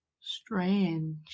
strange